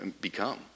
become